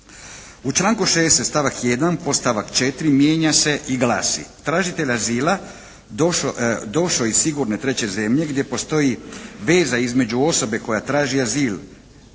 U članku 60. stavak 1. podstavak 4. mijenja se i glasi: "Tražitelj azila došao iz sigurne treće zemlje gdje postoji veza između osobe koja traži azil